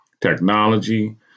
technology